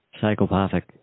psychopathic